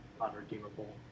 unredeemable